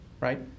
right